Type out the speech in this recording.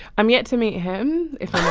i'm yet to meet him, if